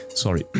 Sorry